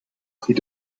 prix